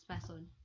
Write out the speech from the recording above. person